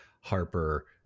Harper